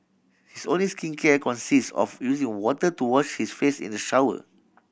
his only skincare consists of using water to wash his face in the shower